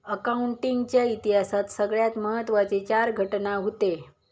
accounting च्या इतिहासात सगळ्यात महत्त्वाचे चार घटना हूते